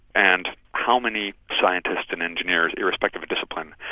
and how many scientists and engineers irrespective of discipline,